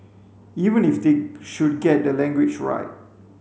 even if they should get the language right